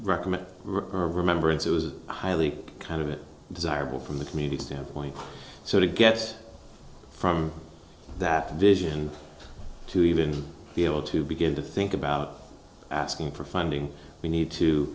recommend remember it was highly kind of it desirable from the community standpoint so to get from that vision to even be able to begin to think about asking for funding we need to